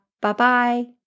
Bye-bye